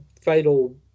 fatal